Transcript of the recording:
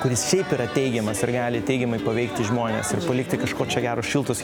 kuris šiaip yra teigiamas realiai teigiamai paveikti žmones ir palikti kažkur čia geros šiltos